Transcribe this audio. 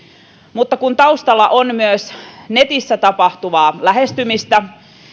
mutta kun taustalla on myös netissä tapahtuvaa lähestymistä